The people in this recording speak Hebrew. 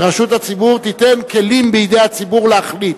שרשות השידור תיתן כלים בידי הציבור להחליט,